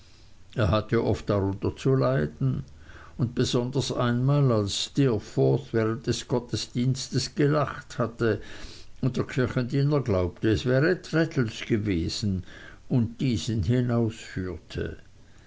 er hatte oft darunter zu leiden und besonders einmal als steerforth während des gottesdienstes gelacht hatte und der kirchendiener glaubte es wäre traddles gewesen und diesen